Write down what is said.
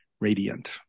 radiant